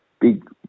big